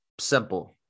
simple